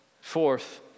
Fourth